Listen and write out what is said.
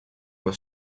were